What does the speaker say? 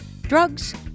drugs